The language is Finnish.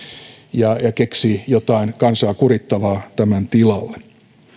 ja ja keksii jotain kansaa kurittavaa tämän tilalle